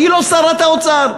היא לא שרת האוצר.